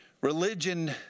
Religion